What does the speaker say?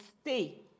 stay